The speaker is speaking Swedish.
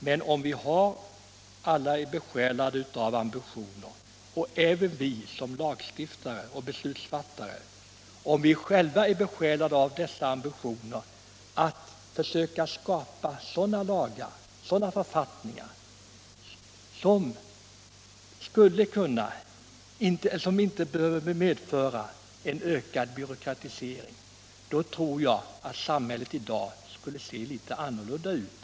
Men om alla vore besjälade av ambitionen — även vi såsom lagstiftare och beslutsfattare — att försöka skapa sådana lagar och författningar som inte medför en ökad byråkratisering, tror jag att samhället i dag skulle se litet annorlunda ut.